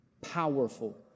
powerful